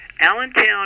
Allentown